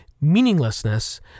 Meaninglessness